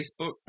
Facebook